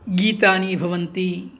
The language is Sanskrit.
गीतानि भवन्ति